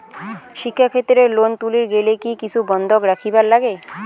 শিক্ষাক্ষেত্রে লোন তুলির গেলে কি কিছু বন্ধক রাখিবার লাগে?